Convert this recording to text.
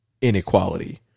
inequality